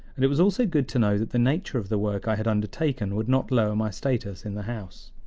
and it was also good to know that the nature of the work i had undertaken would not lower my status in the house.